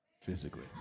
physically